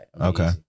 okay